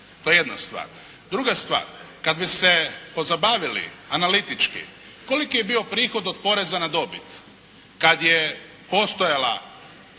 To je jedna stvar. Druga stvar. Kada bi se pozabavili, analitički, koliki je bio prihod od poreza na dobit, kada je postojala